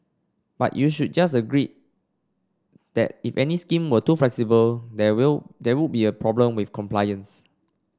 but you should just agreed that if any scheme were too flexible there will there would be a problem with compliance